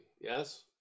Yes